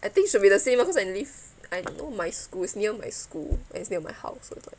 I think should be the same lah cause I live I know my school is near my school and it's near my house so it's like